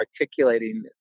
articulating